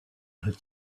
had